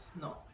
no